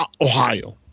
ohio